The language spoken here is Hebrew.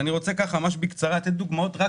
אני רוצה רק בקצרה לתת דוגמאות שקיבלתי רק